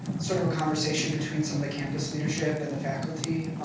sort of a conversation between some of the campus leadership and the faculty.